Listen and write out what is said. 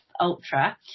Ultra